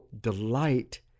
delight